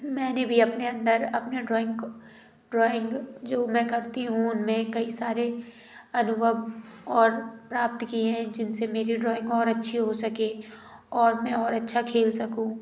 मैंने भी अपने अंदर अपने ड्राॅइंग को ड्राॅइंग जो मैं करती हूँ उनमें कई सारे अनुभव और प्राप्त की हैं जिनसे मेरी ड्राॅइंग और अच्छी हो सके और मैं और अच्छा खेल सकूँ